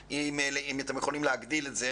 מפלגתית.